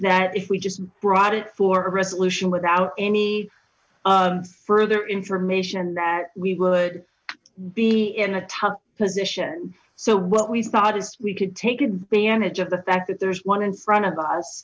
that if we just brought it for a resolution without any further information that we would be in a tough position so what we thought is we could take advantage of the fact that there's one in front of us